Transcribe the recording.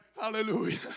hallelujah